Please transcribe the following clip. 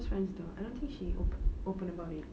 close friends though I don't think she open open about it